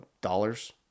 dollars